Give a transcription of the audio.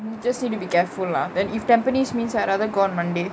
just need to be careful lah then if tampines means I rather go on monday